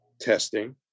testing